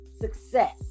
success